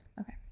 Okay